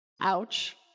Ouch